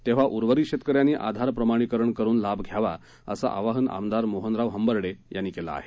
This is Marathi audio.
तेव्हा उर्वरीत शेतकऱ्यांनी आधार प्रमाणीकरण करून लाभ घ्यावा असं आवाहन आमदार मोहनराव हंबर्डे यांनी केलं आहे